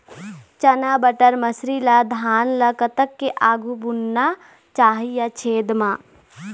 चना बटर मसरी ला धान ला कतक के आघु बुनना चाही या छेद मां?